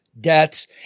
deaths